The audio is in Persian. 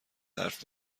حرف